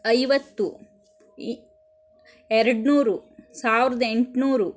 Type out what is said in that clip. ಐವತ್ತು ಇ ಎರಡು ನೂರು ಸಾವಿರದ ಎಂಟು ನೂರು